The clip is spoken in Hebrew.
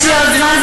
יש לי עוד זמן,